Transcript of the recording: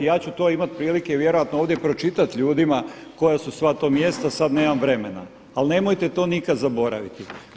Ja ću to imati prilike vjerojatno ovdje pročitati ljudima koja su to sva mjesta, sada nemam vremena, ali nemojte to nikada zaboraviti.